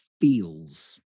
feels